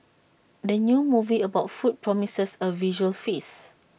the new movie about food promises A visual feast